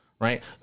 Right